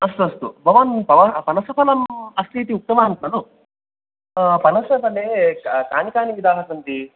अस्तु अस्तु भवान् पन पनसफलम् अस्ति इति उक्तवान् खलु पनसफले क कानि विधाः सन्ति